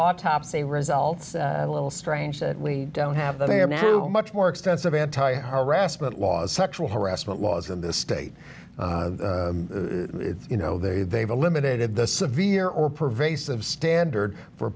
autopsy results a little strange that we don't have that much more extensive anti harassment laws sexual harassment laws in this state you know they've eliminated the severe or pervasive standard